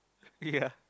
ya